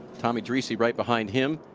um and preece right behind him.